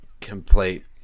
complete